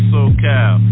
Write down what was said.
SoCal